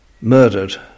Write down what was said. murdered